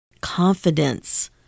confidence